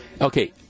okay